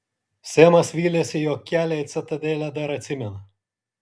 semas vylėsi jog kelią į citadelę dar atsimena